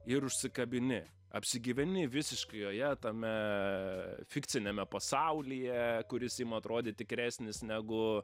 ir užsikabini apsigyveni visiškai joje tame fikciniame pasaulyje kuris ima atrodyt tikresnis negu